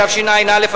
התשע"א 2010,